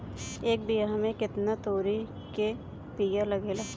एक बिगहा में केतना तोरी के बिया लागेला?